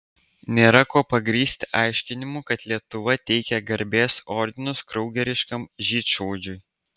nėra kuo pagrįsti aiškinimų kad lietuva teikia garbės ordinus kraugeriškam žydšaudžiui